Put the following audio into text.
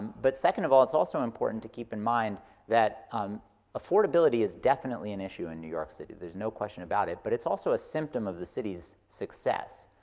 but second of all, it's also important to keep in mind that um affordability is definitely an issue in new york city, there's no question about it. but it's also a symptom of the city's success.